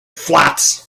flats